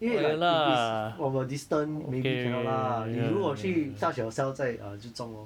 因为 like if it's from a distance maybe cannot lah 你如果去 touch yourself 再 uh 就中 lor